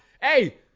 Hey